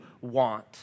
want